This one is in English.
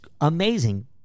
amazing